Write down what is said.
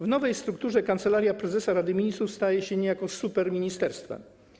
W nowej strukturze Kancelaria Prezesa Rady Ministrów staje się niejako superministerstwem.